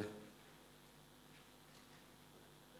סעיף